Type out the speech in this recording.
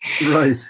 Right